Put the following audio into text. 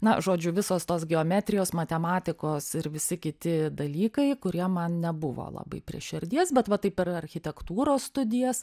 na žodžiu visos tos geometrijos matematikos ir visi kiti dalykai kurie man nebuvo labai prie širdies bet va taip per architektūros studijas